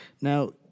Now